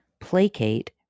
placate